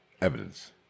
evidence